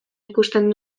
ikusten